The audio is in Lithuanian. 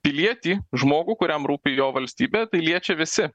pilietį žmogų kuriam rūpi jo valstybė tai liečia visi